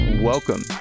Welcome